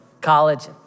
college